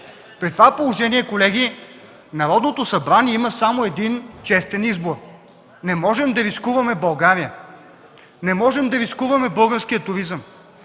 При това положение, колеги, Народното събрание има само един честен избор – не можем да рискуваме България, не можем да рискуваме българския туризъм,